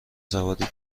سواری